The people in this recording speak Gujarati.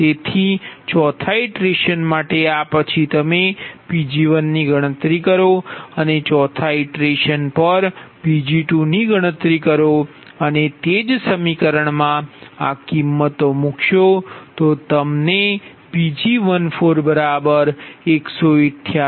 તેથી ચોથા ઇટરેશન માટે આ પછી તમે Pg1ની ગણતરી કરો અને ચોથા ઇટરેશન પર Pg2 ની ગણતરી કરો અને તે જ સમીકરણમાં આ કિંમતો મુકશો તો તમને Pg1 188